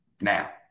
Now